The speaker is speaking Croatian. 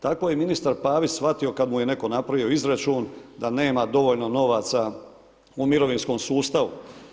Tako je i ministar Pavić shvatio kada mu je neko napravio izračun da nema dovoljno novaca u mirovinskom sustavu.